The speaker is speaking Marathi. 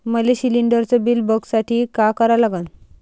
मले शिलिंडरचं बिल बघसाठी का करा लागन?